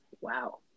Wow